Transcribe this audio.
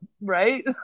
right